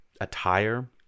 attire